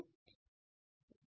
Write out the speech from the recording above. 13o